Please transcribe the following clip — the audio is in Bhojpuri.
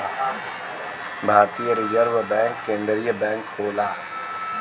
भारतीय रिजर्व बैंक केन्द्रीय बैंक होला